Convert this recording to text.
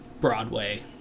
Broadway